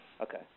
Okay